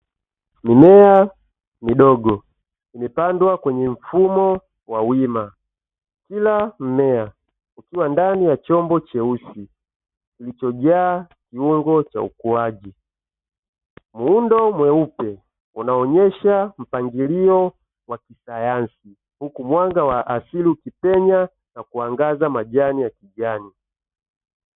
Mimea midogo imepandwa kwenye mfumo wa wima, kila mmea ukiwa ndani ya chombo cheusi kilichojaa kiungo cha ukuaji. Muundo mweupe unaonyesha mpangilio wa kisayansi huku mwanga wa asili ukipenya ukiangaza majani ya kijani.